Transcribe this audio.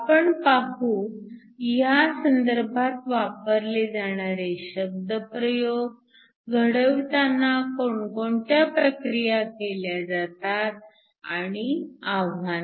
आपण पाहू ह्या संदर्भात वापरले जाणारे शब्दप्रयोग घडविताना कोणकोणत्या प्रक्रिया केल्या जातात आणि आव्हाने